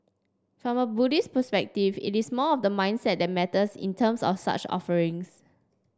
from Buddhist perspective it is more of the mindset that matters in terms of such offerings